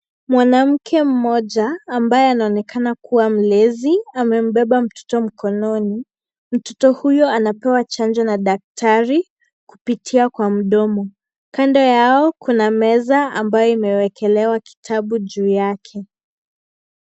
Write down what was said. Mwanamke mmoja ambaye anaonekana kuwa mlezi amembeba mtoto mkononi. mtoto huyo anapewa chanjo na daktari kupitia kwa mdomo .kando yao kuna meza ambayo imewekelewa kitabu juu yake.